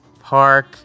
Park